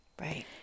Right